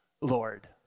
Lord